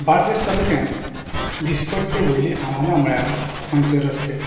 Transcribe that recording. बार्देस तालुक्यांत दिसपट्टे व्हडले आव्हानां म्हणल्यार आमचे रस्ते